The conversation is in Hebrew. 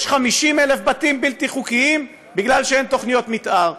יש 50,000 בתים בלתי חוקיים בגלל שאין תוכניות מתאר.